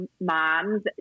moms